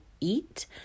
eat